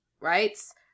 writes